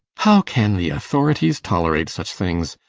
how can the authorities tolerate such things!